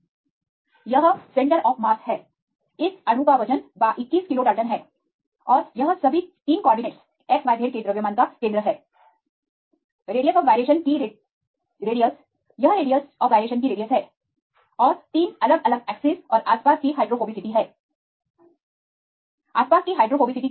यह द्रव्यमान का केंद्र है इस अणु का वजन 21 किलोडालटन है और यह सभी 3 कॉर्डिनेटस xyz के द्रव्यमान का केंद्र है रेडियस ऑफ गायरेशन की त्रिज्या यह रेडियस आफ गायरेशन की त्रिज्या है और 3 अलग अलग अक्ष और आसपास की हाइड्रोफोबिसिटी हैआसपास की हाइड्रोफोबिसिटीक्या है